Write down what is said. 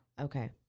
Okay